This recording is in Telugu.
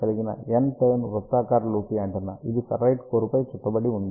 కలిగిన N టర్న్ వృత్తాకార లూప్ యాంటెన్నా ఇది ఫెర్రైట్ కోర్ పై చుట్టబడి ఉంది